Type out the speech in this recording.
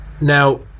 Now